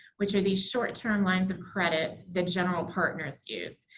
which are these short-term lines of credit the general partners use.